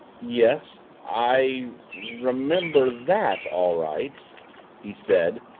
yes i remember that all right he said,